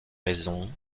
raison